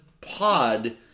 pod